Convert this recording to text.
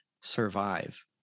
survive